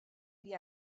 iddi